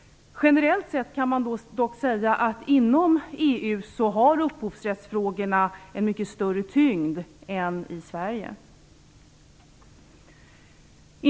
Generellt sett kan man dock säga att inom EU har upphovsrättsfrågorna mycket större tyngd än i Sverige.